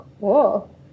Cool